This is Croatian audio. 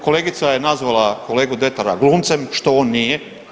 Kolegica je nazvala kolegu Dretara glumcem što on nije.